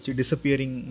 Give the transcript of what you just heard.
disappearing